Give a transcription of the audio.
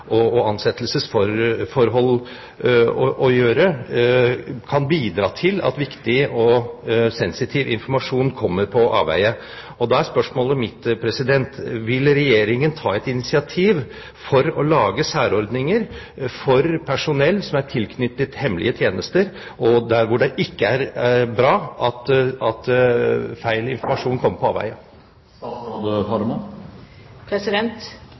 og ansettelsesforhold å gjøre, kan bidra til at viktig og sensitiv informasjon kommer på avveier. Da er spørsmålet mitt: Vil Regjeringen ta et initiativ for å lage særordninger for personell som er tilknyttet hemmelige tjenester, der hvor det ikke er bra at feil informasjon kommer på